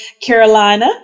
Carolina